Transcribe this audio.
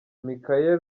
michaëlle